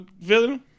villain